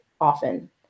often